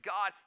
God